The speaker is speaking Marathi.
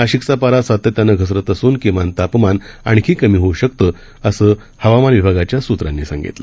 नाशिकचा पारा सातत्यानं घसरत असून किमान तापमान आणखी कमी होऊ शकतं असं हवामान विभागाच्या सूत्रांनी सांगितलं